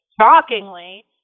shockingly